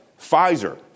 Pfizer